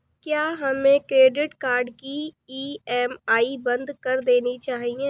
क्या हमें credit card की ई.एम.आई बंद कर देनी चाहिए?